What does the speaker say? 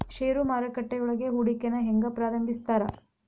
ಷೇರು ಮಾರುಕಟ್ಟೆಯೊಳಗ ಹೂಡಿಕೆನ ಹೆಂಗ ಪ್ರಾರಂಭಿಸ್ತಾರ